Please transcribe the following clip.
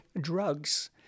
drugs